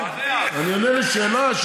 אני עונה על שאלה.